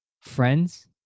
Friends